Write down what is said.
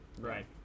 Right